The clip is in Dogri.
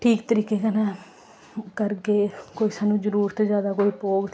ठीक तरीके कन्नै करगे कोई सानूं जरूरत जैदा कोई पौग ते